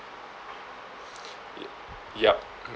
yup